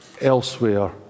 elsewhere